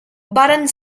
varen